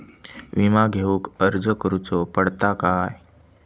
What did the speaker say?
विमा घेउक अर्ज करुचो पडता काय?